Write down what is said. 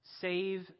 save